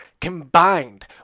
combined